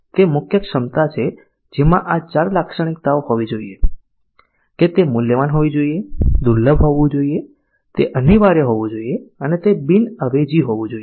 તે મુખ્ય ક્ષમતા છે જેમાં આ 4 લાક્ષણિકતાઓ હોવી જોઈએ કે તે મૂલ્યવાન હોવી જોઈએ દુર્લભ હોવું જોઈએ તે અનિવાર્ય હોવું જોઈએ અને તે બિન અવેજી હોવું જોઈએ